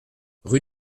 rue